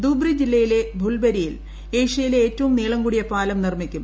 ധൂബ്രി ജില്ലയിലെ ഫുൽബരിയിൽ ഏഷ്യയിലെ ഏറ്റവും നീളം കൂടിയ പാലം നിർമ്മിക്കും